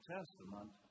Testament